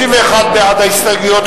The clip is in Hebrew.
31 בעד ההסתייגויות,